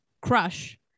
crush